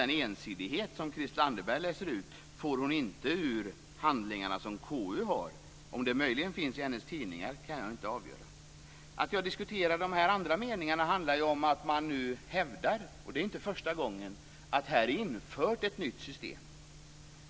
Den ensidighet som Christel Anderberg läser ut kommer inte från de handlingar som KU har. Om den möjligen finns i hennes tidningar kan jag inte avgöra. Att jag diskuterar de här andra meningarna beror på att man nu hävdar, och det är inte första gången, att ett nytt system är infört.